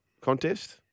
contest